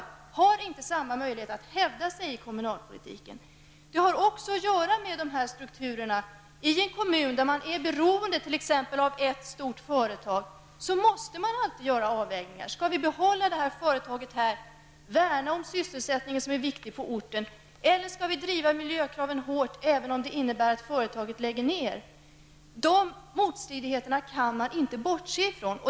Den har inte samma möjligheter att hävda sig i kommunalpolitiken. För det andra har det att göra med strukturerna. I en kommun där man är beroende av t.ex. ett stort företag måste man alltid göra avvägningar: Skall vi behålla företaget här och värna om sysselsättningen, som är viktigt för orten, eller skall vi driva miljökraven hårt, även om det innebär att företaget måste läggas ned? Sådana motstridiga intressen kan man inte bortse ifrån.